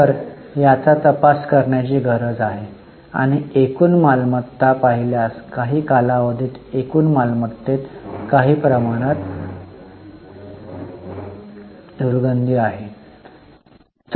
तर याचा तपास करण्याची गरज आहे आणि एकूण मालमत्ता पाहिल्यास काही कालावधीत एकूण मालमत्तेत काही प्रमाणात दुर्गंधी येते